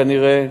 כנראה,